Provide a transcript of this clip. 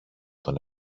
τον